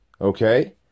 Okay